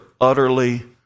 utterly